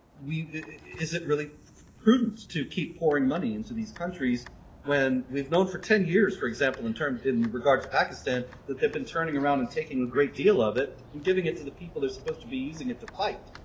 we is it really prudent to keep pouring money into these countries when we've known for ten years for example in terms in regard to pakistan that they've been turning around and taking a great deal of it and giving it to the people they're supposed to be using it to fight.